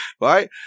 right